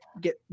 get